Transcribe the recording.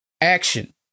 action